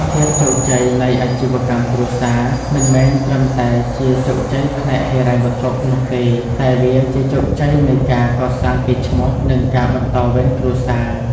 ភាពជោគជ័យនៃអាជីវកម្មគ្រួសារមិនមែនត្រឹមតែជាជោគជ័យផ្នែកហិរញ្ញវត្ថុនោះទេ តែវាជាជោគជ័យនៃការកសាងកេរ្តិ៍ឈ្មោះ និងការបន្តវេនគ្រួសារ។